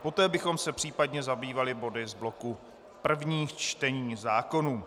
Poté bychom se případně zabývali body z bloku prvních čtení zákonů.